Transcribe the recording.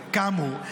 כאמור,